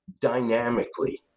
dynamically